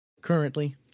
currently